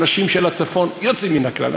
האנשים של הצפון יוצאים מן הכלל,